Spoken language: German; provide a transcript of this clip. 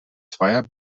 zweier